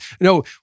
no